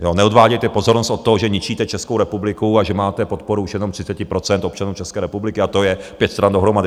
Neodvádějte pozornost od toho, že ničíte Českou republiku a že máte podporu už jenom 30 % občanů České republiky, a to je pět stran dohromady.